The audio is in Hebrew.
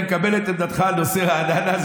אני מקבל את עמדתך בנושא רעננה,